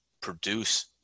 produce